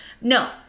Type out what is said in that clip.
No